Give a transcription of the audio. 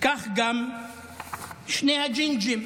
כך גם שני הג'ינג'ים,